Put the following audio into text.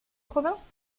provinces